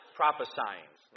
prophesying